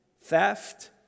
theft